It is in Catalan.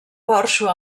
porxo